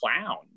clown